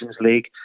League